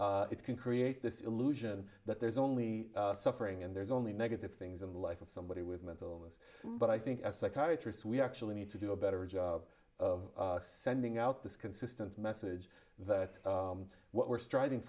it can create this illusion that there's only suffering and there's only negative things in life of somebody with mental illness but i think a psychiatrist we actually need to do a better job of sending out this consistent message that what we're striving